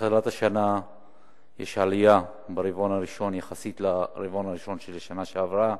מתחילת השנה יש עלייה ברבעון הראשון יחסית לרבעון הראשון של השנה שעברה.